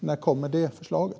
När kommer förslaget?